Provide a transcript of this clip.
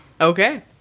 Okay